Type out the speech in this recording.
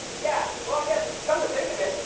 yeah, well i guess come to think of it,